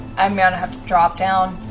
i'm going and have to drop down.